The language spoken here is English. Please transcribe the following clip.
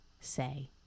say